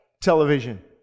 television